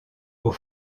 aux